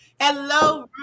Hello